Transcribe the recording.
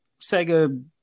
sega